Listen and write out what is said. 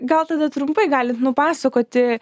gal tada trumpai galit nupasakoti